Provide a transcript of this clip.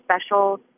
special